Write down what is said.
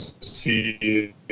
see